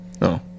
No